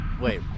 Wait